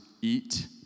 eat